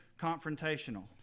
confrontational